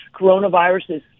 Coronaviruses